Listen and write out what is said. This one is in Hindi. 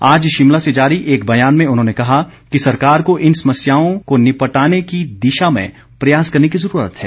आज शिमला से जारी एक बयान में उन्होंने कहा कि सरकार को इन समस्याओं को निपटाने की दिशा में प्रयास करने की ज़रूरत है